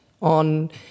on